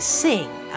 sing